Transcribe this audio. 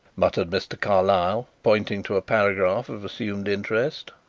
muttered mr. carlyle, pointing to a paragraph of assumed interest.